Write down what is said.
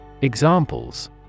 Examples